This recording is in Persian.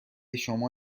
شما